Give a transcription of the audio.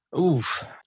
Oof